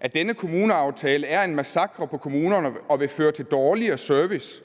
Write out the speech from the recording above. at denne kommuneaftale er en massakre på kommunerne og vil føre til dårligere service